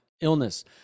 illness